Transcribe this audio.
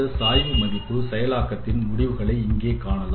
இந்த சாய்வு மதிப்பு செயல்பாடுகளின் முடிவுகளை இங்கே காணலாம்